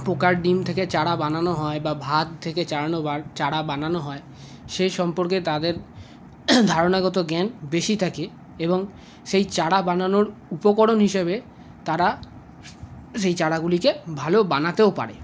পোকার ডিম থেকে চারা বানানো হয় বা ভাত থেকে চারা বানানো হয় সে সম্পর্কে তাদের ধারণাগত জ্ঞান বেশি থাকে এবং সেই চারা বানানোর উপকরণ হিসেবে তারা সেই চারাগুলিকে ভালো বানাতেও পারে